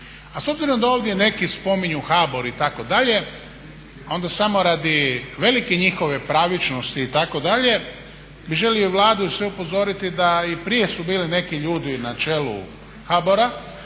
A s obzirom da ovdje neki spominju HBOR itd. a onda samo radi velike njihove pravičnosti itd. bih želio Vladu i sve upozoriti da i prije su bili neki ljudi na čelu HBOR-a,